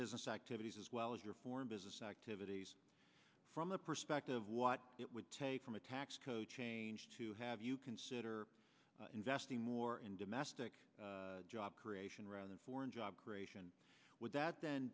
business activities as well as your foreign business activities from the perspective of what it would take from a tax code change to have you consider investing more in domestic job creation rather than foreign job creation would that then